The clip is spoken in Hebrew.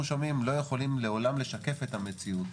שומעים לא יכולים לעולם לשקף את המציאות.